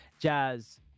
Jazz